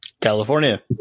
California